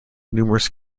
numerous